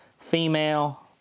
Female